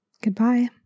Goodbye